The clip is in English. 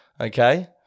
okay